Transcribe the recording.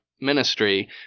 ministry